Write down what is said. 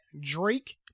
Drake